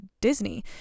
Disney